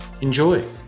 Enjoy